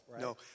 No